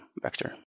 vector